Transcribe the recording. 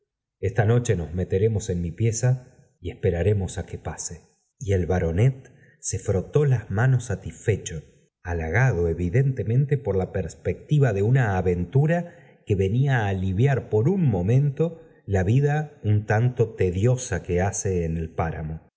ésta noche nos meteremos en mi pieza y esperaremos á que pase y el baronet se frotó las manos satisfecho halagado evidentemente por la perspectiva de una aventura que venía á aliviar por un momento la vida un tanto tediosa que hace en el páramo